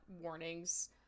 warnings